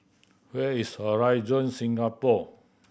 where is Horizon Singapore